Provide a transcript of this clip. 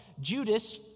Judas